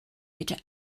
gydag